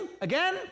Again